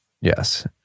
Yes